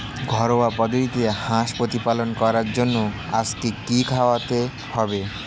ঘরোয়া পদ্ধতিতে হাঁস প্রতিপালন করার জন্য আজকে কি খাওয়াতে হবে?